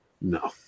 No